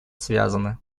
связаны